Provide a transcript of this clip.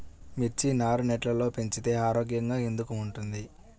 మిర్చి నారు నెట్లో పెంచితే ఆరోగ్యంగా ఎందుకు ఉంటుంది?